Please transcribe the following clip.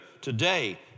today